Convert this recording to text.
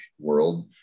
world